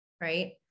right